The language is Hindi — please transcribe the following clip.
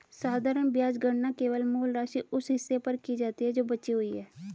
साधारण ब्याज गणना केवल मूल राशि, उस हिस्से पर की जाती है जो बची हुई है